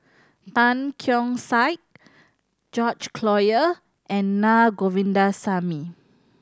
Tan Keong Saik George Collyer and Naa Govindasamy